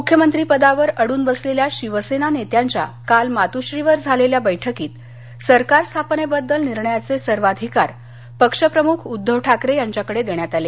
मुख्यमंत्री पदावर अडून बसलेल्या शिवसेना नेत्यांच्या काल मातूःश्री वर झालेल्या बैठकीत सरकार स्थापनेबद्दल निर्णयाचे सर्वाधिकार पक्षप्रमुख उद्धव ठाकरे यांच्याकडे देण्यात आले